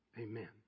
amen